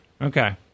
Okay